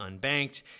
unbanked